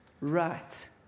Right